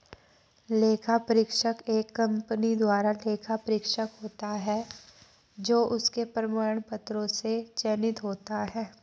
लेखा परीक्षक एक कंपनी द्वारा लेखा परीक्षक होता है जो उसके प्रमाण पत्रों से चयनित होता है